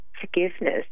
forgiveness